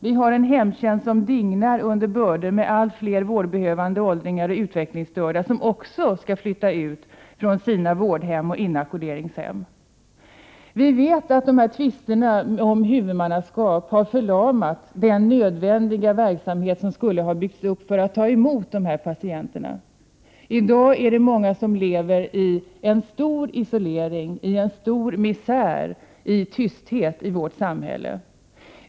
Vi har en hemtjänst som dignar under bördor med allt fler vårdbehövande åldringar och utvecklingsstörda, som också skall flytta ut från sina vårdhem och inackorderingshem. Vi vet att tvisterna om huvudmannaskap har förlamat den nödvändiga verksamhet som skulle ha byggts upp för att ta emot patienterna. I dag är det många som i tysthet lever i svår isolering och stor misär.